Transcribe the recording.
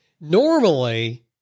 Normally